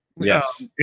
Yes